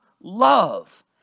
love